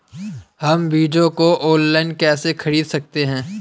हम बीजों को ऑनलाइन कैसे खरीद सकते हैं?